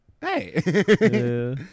Hey